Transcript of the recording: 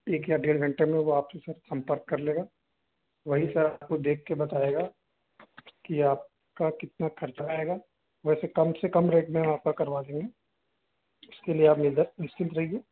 एक या डेढ़ घंटे में वो आपके साथ संपर्क कर लेगा वही सर आपको देख कर बताएगा कि आपका कितना खर्चा आएगा वैसे कम से कम रेट में हम आपका करवा देंगे उसके लिए आप एकदम निश्चिन्त रहिए